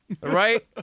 right